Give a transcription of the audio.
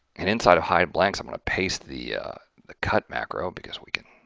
and inside of hideblanks i'm going to paste the cut macro, because we can